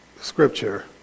scripture